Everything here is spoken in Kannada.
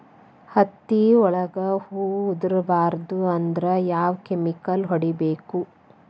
ಹತ್ತಿ ಒಳಗ ಹೂವು ಉದುರ್ ಬಾರದು ಅಂದ್ರ ಯಾವ ಕೆಮಿಕಲ್ ಹೊಡಿಬೇಕು?